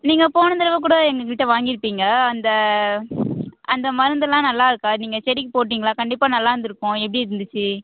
நீங்கள் போன தடவை கூட எங்கள்கிட்ட வாங்கிருப்பீங்க அந்த அந்த மருந்து எல்லாம் நல்லா இருக்கா நீங்கள் செடிக்கு போட்டீங்களா கண்டிப்பாக நல்லா இருந்துருக்கும் எப்படி இருந்துச்சு